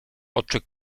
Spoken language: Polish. oczy